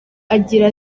agira